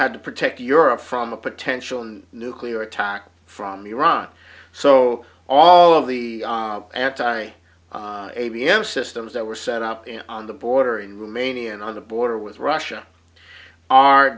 had to protect europe from a potential nuclear attack from iran so all of the anti a b m systems that were set up on the border in rumania and on the border with russia are